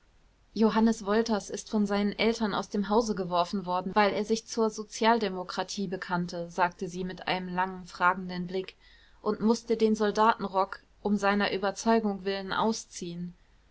johannes wolters ist von seinen eltern aus dem hause geworfen worden weil er sich zur sozialdemokratie bekannte sagte sie mit einem langen fragenden blick und mußte den soldatenrock um seiner überzeugung willen ausziehen